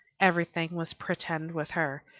everything was pretend with her.